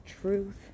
truth